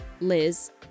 Liz